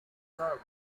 served